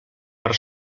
per